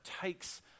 takes